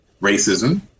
racism